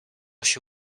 się